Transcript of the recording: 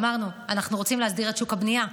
אמרנו, אנחנו רוצים להסדיר את שוק הבנייה.